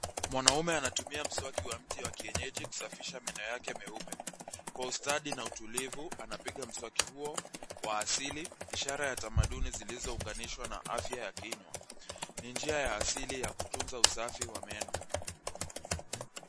Mwanaume anatumia mswaki wa mti wa kienyeji kusafisha meno yake meupe. Kwa ustadi na utulivu anapiga mswaki huo wa asili, ishara ya tamaduni zilizo unganishwa na afya ya kinywa. Ni njia ya asili ya kutunza usafi wa meno.